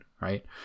Right